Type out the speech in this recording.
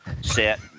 set